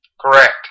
Correct